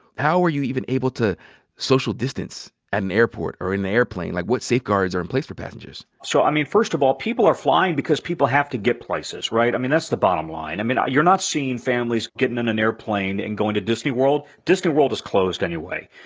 how are you even able to social distance at an airport or in the airplane? like, what safeguards are in place for passengers? so, i mean, first of all, people are flying because people have to get places, right? i mean, that's the bottom line. i mean, you're not seeing families gettin' on an airplane and going to disneyworld. disneyworld is closed anyway.